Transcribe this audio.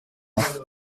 vingt